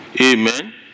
Amen